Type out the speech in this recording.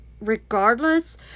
regardless